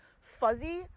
fuzzy